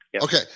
Okay